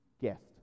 guest